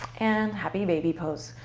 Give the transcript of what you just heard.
and happy baby pose.